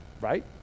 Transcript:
Right